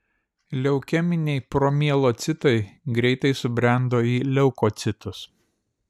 leukeminiai promielocitai greitai subrendo į leukocitus